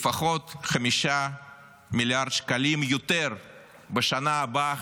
לפחות 5 מיליארד שקלים יותר בשנה הבאה,